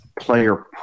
player